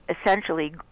essentially